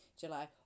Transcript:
July